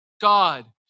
God